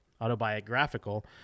Autobiographical